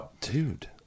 Dude